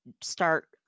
start